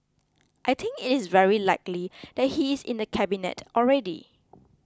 I think it is very likely that he is in the Cabinet already